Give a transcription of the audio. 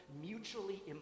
mutually